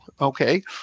Okay